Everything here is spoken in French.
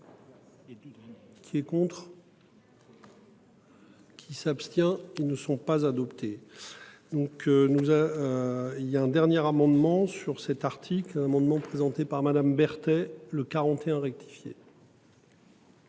Qui est contre. Qui s'abstient. Ils ne sont pas adoptés. Donc nous, ah. Il y a un dernier amendement sur cet article. Un amendement présenté par Madame Berthet le 41 rectifié.